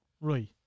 right